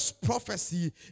prophecy